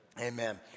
Amen